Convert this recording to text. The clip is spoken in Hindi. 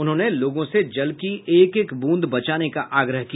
उन्होंने लोगों से जल की एक एक बूंद बचाने का आग्रह किया